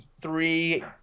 three